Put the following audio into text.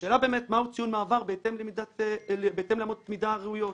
השאלה באמת מהו ציון מעבר בהתאם לאמות מידה ראויות.